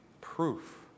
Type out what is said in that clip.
proof